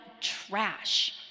trash